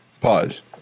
pause